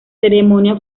ceremonia